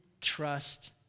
trust